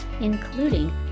including